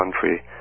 country